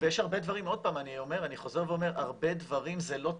אני חוזר ואומר, הרבה דברים זה לא תקציב,